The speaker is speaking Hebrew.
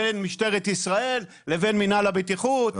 בין משטרת ישראל לבין מנהל הבטיחות,